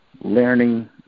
learning